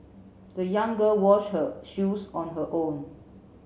the young girl wash her shoes on her own